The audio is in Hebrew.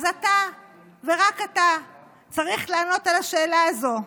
אז אתה ורק אתה צריך לענות על השאלה הזאת,